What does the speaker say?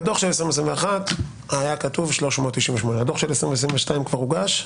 בדו"ח של 2021 היה כתוב 398. הדו"ח של 2022 כבר הוגש?